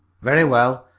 very well.